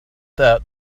that